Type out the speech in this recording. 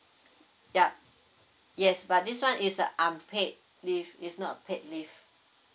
ya yes but this [one] is a unpaid leave it's not paid leave